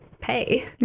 pay